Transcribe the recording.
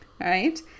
right